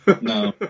no